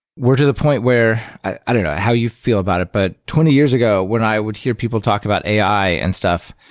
we're to the point where i don't know, how you feel about it, but twenty years ago when i would hear people talk about ai and stuff,